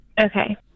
Okay